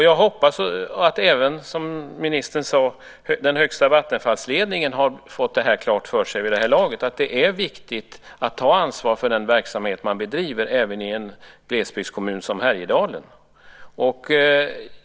Jag hoppas även, som ministern sade, att den högsta ledningen i Vattenfall har fått det klart för sig vid det här laget. Det är viktigt att ta ansvar för den verksamhet man bedriver även i en glesbygdskommun i Härjedalen.